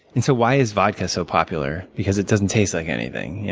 and so why is vodka so popular? because it doesn't taste like anything,